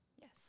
yes